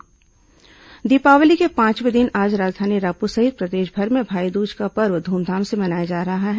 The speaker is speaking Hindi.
भाईदूज दीपावली के पांचवे दिन आज राजधानी रायपुर सहित प्रदेशभर में भाईदूज का पर्व ध्रमधाम से मनाया जा रहा है